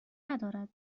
ندارد